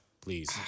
please